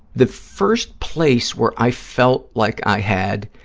the first place where i felt like i had